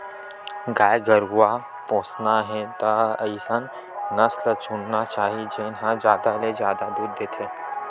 गाय गरूवा पोसना हे त अइसन नसल चुनना चाही जेन ह जादा ले जादा दूद देथे